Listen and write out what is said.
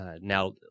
now